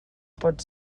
pot